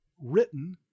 written